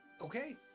Okay